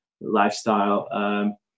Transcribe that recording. lifestyle